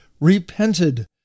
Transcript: repented